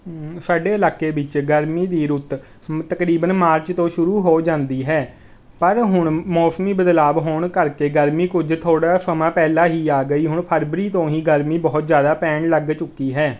ਸਾਡੇ ਇਲਾਕੇ ਵਿੱਚ ਗਰਮੀ ਦੀ ਰੁੱਤ ਤਕਰੀਬਨ ਮਾਰਚ ਤੋਂ ਸ਼ੁਰੂ ਹੋ ਜਾਂਦੀ ਹੈ ਪਰ ਹੁਣ ਮੌਸਮੀ ਬਦਲਾਵ ਹੋਣ ਕਰਕੇ ਗਰਮੀ ਕੁਝ ਥੋੜਾ ਸਮਾਂ ਪਹਿਲਾਂ ਹੀ ਆ ਗਈ ਹੁਣ ਫਰਵਰੀ ਤੋਂ ਹੀ ਗਰਮੀ ਬਹੁਤ ਜ਼ਿਆਦਾ ਪੈਣ ਲੱਗ ਚੁੱਕੀ ਹੈ